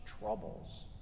troubles